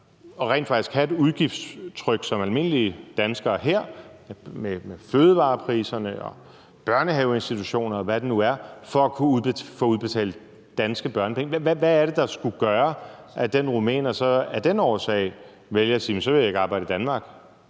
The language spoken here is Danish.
og rent faktisk have et udgiftstryk som almindelige danskere her med fødevarepriserne og børneinstitutioner, og hvad det nu er, for at kunne få udbetalt danske børnepenge. Hvad er det, der skulle gøre, at den rumæner så af den årsag vælger at sige: Jamen så vil jeg ikke arbejde i Danmark?